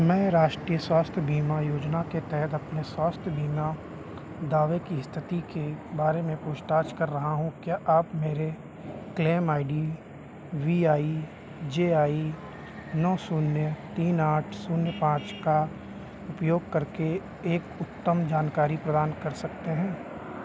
मैं राष्ट्रीय स्वास्थ्य बीमा योजना के तहत अपने स्वास्थ्य बीमा दावे की स्थिति के बारे में पूछताछ कर रहा हूँ क्या आप मेरे claim I D V I J I नौ शून्य तीन आठ शून्य पाँच का उपयोग करके एक उत्तम जानकारी प्रदान कर सकते हैं